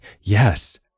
yes